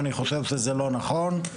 אני חושב שזה לא נכון.